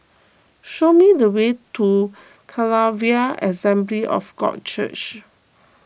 show me the way to Calvary Assembly of God Church